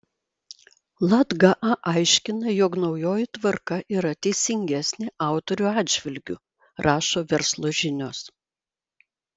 latga a aiškina jog naujoji tvarka yra teisingesnė autorių atžvilgiu rašo verslo žinios